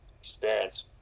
experience